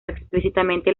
explícitamente